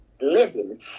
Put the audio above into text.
living